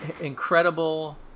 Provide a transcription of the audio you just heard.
Incredible